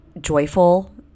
joyful